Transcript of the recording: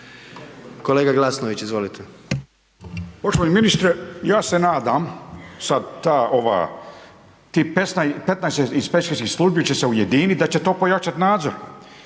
Kolega Glasnović, izvolite.